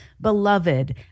beloved